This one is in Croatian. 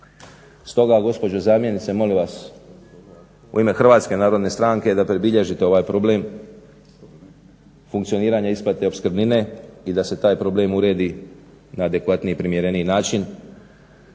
Stoga gospođo zamjenice molim vas u ime Hrvatske narodne stranke da predbilježite ovaj problem funkcioniranja isplate opskrbnine i da se taj problem uredi na adekvatniji i primjereniji način